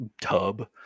tub